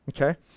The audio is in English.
okay